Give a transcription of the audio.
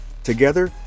Together